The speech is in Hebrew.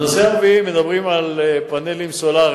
הנושא הרביעי, מדברים על פאנלים סולריים.